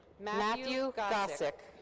matthew gosik.